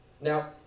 Now